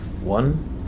one